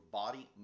body